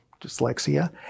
dyslexia